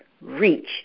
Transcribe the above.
reach